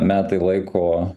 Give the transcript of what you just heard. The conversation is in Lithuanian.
metai laiko